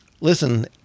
Listen